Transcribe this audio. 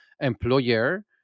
employer